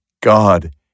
God